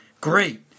great